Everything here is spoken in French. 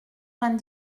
vingt